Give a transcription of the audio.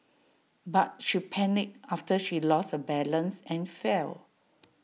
but she panicked after she lost her balance and fell